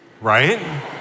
Right